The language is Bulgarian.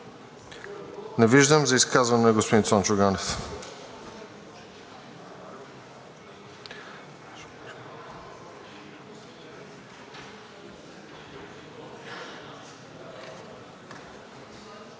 Не виждам. За изказване – господин Цончо Ганев.